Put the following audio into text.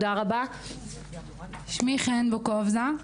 שמי חן בוקובזה.